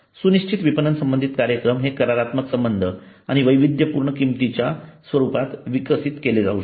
सुनिश्चित विपणन संबंधित कार्यक्रम हे करारात्मक संबंध आणि वैविध्यपूर्ण किंमतीच्या स्वरूपात विकसित केले जाऊ शकतात